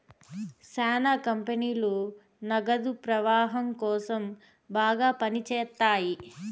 శ్యానా కంపెనీలు నగదు ప్రవాహం కోసం బాగా పని చేత్తాయి